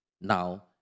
now